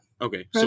Okay